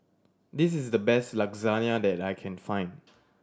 this is the best Lasagne that I can find